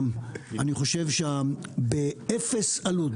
אני חושב שבאפס עלות,